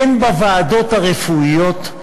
הן בוועדות הרפואיות.